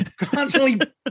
constantly